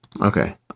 Okay